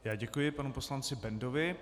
Já děkuji panu poslanci Bendovi.